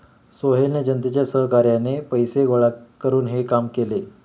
सोहेलने जनतेच्या सहकार्याने पैसे गोळा करून हे काम केले